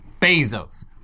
Bezos